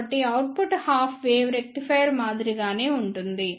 కాబట్టి output half wave rectifier మాదిరిగానే ఉంటుంది